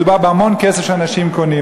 מדובר בהמון כסף שאנשים מוציאים.